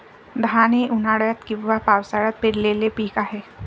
धान हे उन्हाळ्यात किंवा पावसाळ्यात पेरलेले पीक आहे